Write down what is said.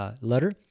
letter